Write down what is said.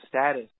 status